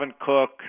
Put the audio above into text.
Cook